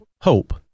hope